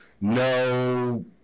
no